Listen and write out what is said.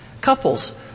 Couples